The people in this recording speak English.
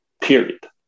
period